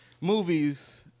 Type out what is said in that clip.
movies